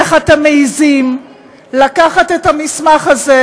איך אתם מעיזים לקחת את המסמך הזה,